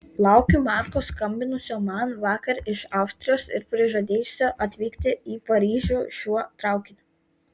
laukiu marko skambinusio man vakar iš austrijos ir prižadėjusio atvykti į paryžių šiuo traukiniu